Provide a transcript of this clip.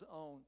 own